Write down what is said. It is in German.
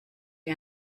wie